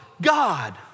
God